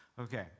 Okay